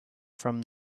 from